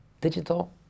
digital